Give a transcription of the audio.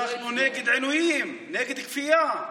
אנחנו נגד עינויים, נגד כפייה.